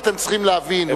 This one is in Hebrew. אתם צריכים להבין,